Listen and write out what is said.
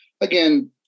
Again